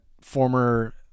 former